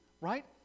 right